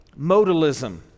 Modalism